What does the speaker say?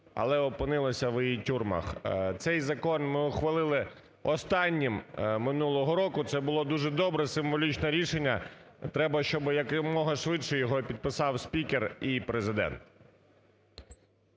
але опинилися в її тюрмах. Цей закон ми ухвалили останнім минулого року, це було дуже добре, символічне рішення, треба, щоб якомога швидше його підписав спікер і Президент.